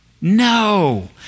No